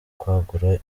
kwagura